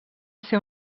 ser